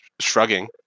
shrugging